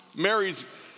Mary's